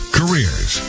careers